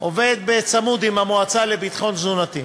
עובד בצמוד עם המועצה לביטחון תזונתי,